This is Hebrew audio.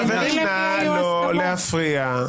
חברים, נא לא להפריע.